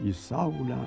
į saulę